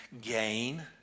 gain